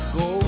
go